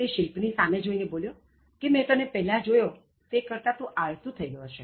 તે શિલ્પ ની સામે જોઇને બોલ્યો કે મેં તને પહેલા જોયો તે કરતા તું આળસું થઇ ગયો છે